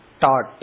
taught